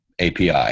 API